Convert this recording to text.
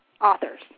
authors